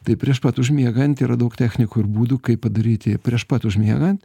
tai prieš pat užmiegant yra daug technikų ir būdų kaip padaryti prieš pat užmiegant